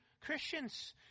Christians